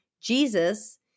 Jesus